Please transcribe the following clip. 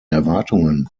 erwartungen